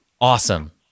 Awesome